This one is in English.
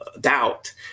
doubt